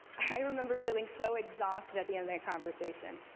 i remember feeling so exhausted at the end of that conversation,